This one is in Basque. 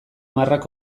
marrak